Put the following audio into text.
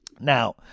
Now